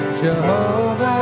Jehovah